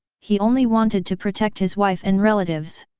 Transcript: he only wanted to protect his wife and relatives.